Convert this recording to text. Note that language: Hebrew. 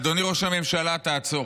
אדוני ראש הממשלה, תעצור,